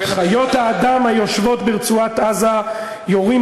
חיות האדם היושבים ברצועת-עזה יורים